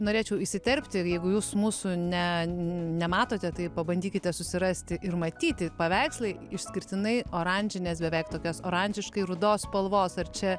norėčiau įsiterpti jeigu jūs mūsų ne nematote tai pabandykite susirasti ir matyti paveikslai išskirtinai oranžinės beveik tokios oranžiškai rudos spalvos ar čia